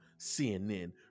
CNN